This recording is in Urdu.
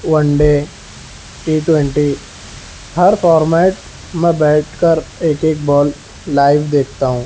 ون ڈے ٹی ٹوینٹی ہر فارمیٹ میں بیٹھ کر ایک ایک بال لائیو دیکھتا ہوں